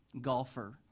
golfer